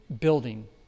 building